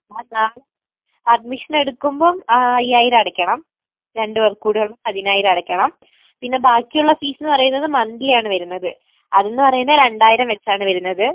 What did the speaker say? admission എടുക്കുമ്പം അയ്യായിരം അടയ്ക്കണം രണ്ടുപേർക്കും കൂടി ഉള്ള പതിനായിരം അടയ്ക്കണം പിന്നെ ബാക്കിയുള്ള ഫീസ് എന്ന് പറയുന്നത് മന്ത്ലി ആണ് വരുന്നത് അത് എന്ന് പറയുന്ന രണ്ടായിരം വച്ചാണ് വരുന്നത്